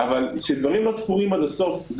אבל כאשר הדברים לא תפורים עד הסוף,